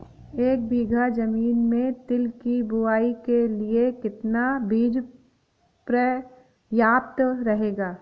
एक बीघा ज़मीन में तिल की बुआई के लिए कितना बीज प्रयाप्त रहेगा?